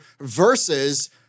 versus